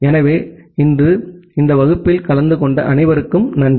எனவே இன்று இந்த வகுப்பில் கலந்து கொண்ட அனைவருக்கும் நன்றி